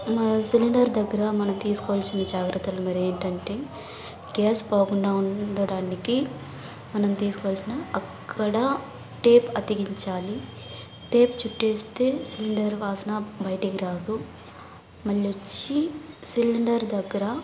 cylinder దగ్గర మనం తీసుకోవాల్సిన జాగ్రత్తలు మరి ఏంటంటే గ్యాస్ పోకుండా ఉండడానికి మనం తీసుకోవాల్సిన అక్కడ టేప్ అతికించాలి టేప్ చుట్టేస్తే సిలిండర్ వాసన బయటికి రాదు మళ్ళొచ్చి సిలిండర్ దగ్గర